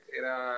era